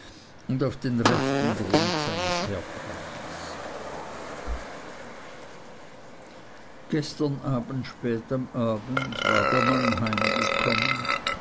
und auf den rechten grund seines herkommens gestern spät am abend war der mann